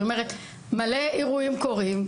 היא אומרת: מלא אירועים קורים,